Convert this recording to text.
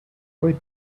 wait